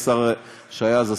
השר שהיה אז,